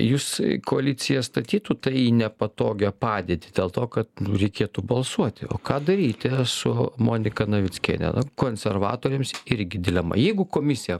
jūs į koaliciją statytų tai į nepatogią padėtį dėl to kad reikėtų balsuoti o ką daryti su monika navickiene konservatoriams irgi dilema jeigu komisija